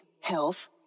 health